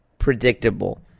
predictable